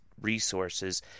resources